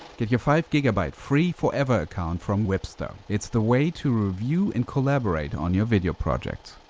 get your five gigabyte free forever account from wipster. it's the way to review and collaborate on your video projects.